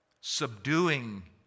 subduing